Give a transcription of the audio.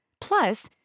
Plus